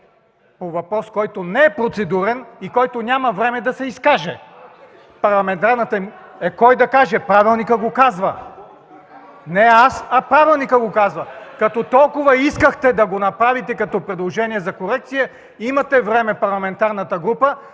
по въпрос, който не е процедурен, и който няма време да се изкаже! (Реплика от ГЕРБ.) Кой да каже? Правилникът го казва. Не аз, а Правилникът го казва! Като толкова искахте да го направите като предложение за корекция, имате време – парламентарната група.